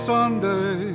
Sunday